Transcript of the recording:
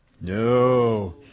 No